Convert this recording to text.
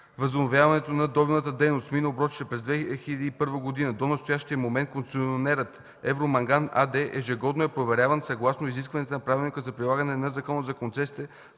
възобновяването на добивната дейност в мина „Оброчище” през 2001 г. до настоящия момент концесионерът „Евроманган” АД ежегодно е проверяван съгласно изискванията на Правилника за прилагане на Закона за концесиите